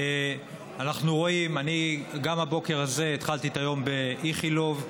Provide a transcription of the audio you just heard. גם הבוקר הזה התחלתי את היום באיכילוב.